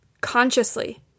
consciously